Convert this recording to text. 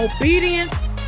Obedience